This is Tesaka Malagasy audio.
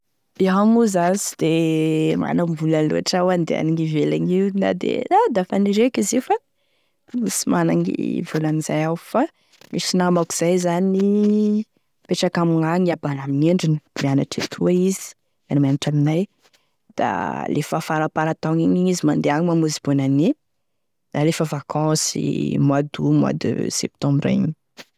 Iaho moa zany sy de manambola loatry iaho handehanagny ivelany io na de a da faniriako izy io fa sy managny volan'izay iaho fa misy namako zay zany mipetraka amignagny iabany amy endriny, mianatry etoa izy, miara-mianatry aminay da lefa faraparan-taogny igny izy mandeha agny, mamonzy bonne année na rehefa vacances mois d'août mois de septembre igny.